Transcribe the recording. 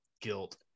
guilt